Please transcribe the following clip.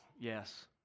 yes